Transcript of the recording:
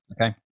Okay